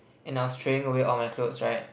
and I was throwing away all my clothes right